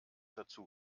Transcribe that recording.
dazu